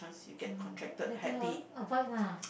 oh better avoid lah